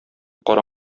кара